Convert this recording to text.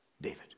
David